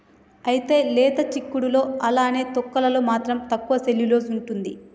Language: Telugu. అయితే లేత సిక్కుడులో అలానే తొక్కలలో మాత్రం తక్కువ సెల్యులోస్ ఉంటుంది